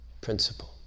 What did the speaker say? principle